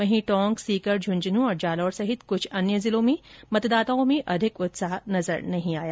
वहीं टोंक सीकर झंझनूं और जालौर समेत कुछ अन्य जिलों में मतदाताओं में अधिक उत्साह नजर नहीं आया